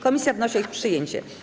Komisja wnosi o ich przyjęcie.